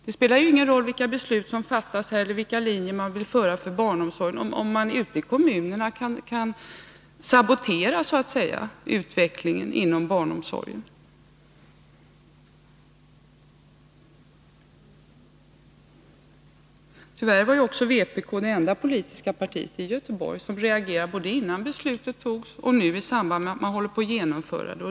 Det spelar ju ingen roll vilka beslut som fattas eller vilken linje man vill följa när det gäller barnomsorgen, om kommunerna sedan kan sabotera den utvecklingen! Tyvärr är vpk det enda politiska parti i Göteborg som reagerat, både innan beslutet fattades och nu i samband med att man håller på att genomföra det.